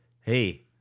hey